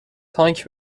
تانک